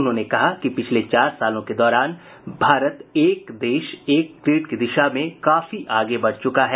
उन्होंने कहा कि पिछले चार सालों के दौरान भारत एक देश एक ग्रिड की दिशा में काफी आगे बढ़ चूका है